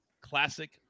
classic